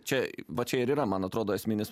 čia va čia ir yra man atrodo esminis